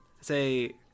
say